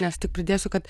nes tik pridėsiu kad